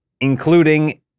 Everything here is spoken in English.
including